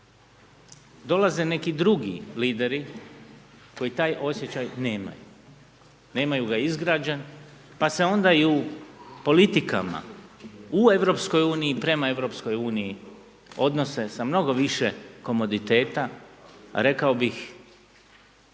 dolaze neki drugi lideri koji taj osjećaj nemaju. Nemaju ga izgrađen, pa se onda i u politikama u Europskoj uniji prema Europskoj uniji odnose sa mnogo više komoditeta, rekao bih